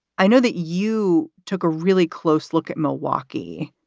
i know that you took a really close look at milwaukee.